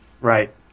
Right